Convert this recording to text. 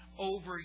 Over